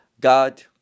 god